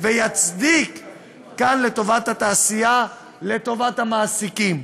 ויצדיק כאן, לטובת התעשייה, לטובת המעסיקים.